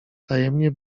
tajemnie